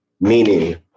meaning